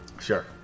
Sure